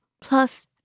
plus